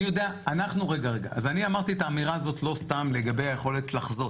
אני אמרתי את האמירה הזאת לא סתם לגבי היכולת לחזות.